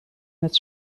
met